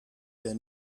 their